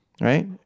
right